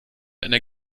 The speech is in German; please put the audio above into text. einer